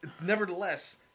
nevertheless